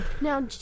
Now